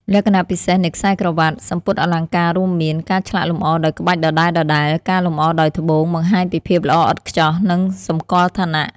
លក្ខណៈពិសេសនៃខ្សែក្រវាត់/សំពត់អលង្ការរួមមាន ការឆ្លាក់លម្អដោយក្បាច់ដដែលៗ ការលម្អដោយត្បូង បង្ហាញពីភាពល្អឥតខ្ចោះ និងសម្គាល់ឋានៈ។